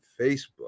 Facebook